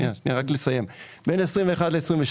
בין 21' ל-22'